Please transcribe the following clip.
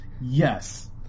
Yes